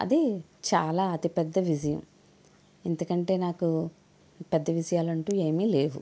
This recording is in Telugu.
అది చాలా అతి పెద్ద విజయం ఎందుకంటే నాకు పెద్ద విజయాలంటూ ఏమీ లేవు